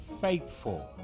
faithful